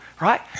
right